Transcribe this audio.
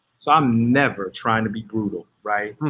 so i'm never trying to be brutal, right.